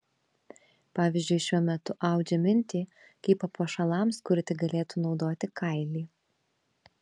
pavyzdžiui šiuo metu audžia mintį kaip papuošalams kurti galėtų naudoti kailį